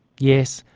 yes,